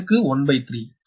0670067 0